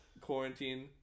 quarantine